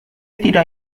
tidak